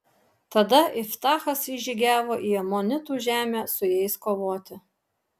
tada iftachas įžygiavo į amonitų žemę su jais kovoti